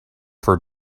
for